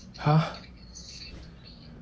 !huh!